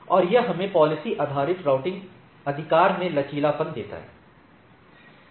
और यह हमें पालिसी आधारित राउटिंग अधिकार में लचीलापन देता है